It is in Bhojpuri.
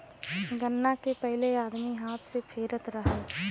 गन्ना के पहिले आदमी हाथ से पेरत रहल